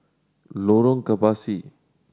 Lorong Kebasi